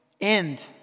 end